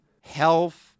health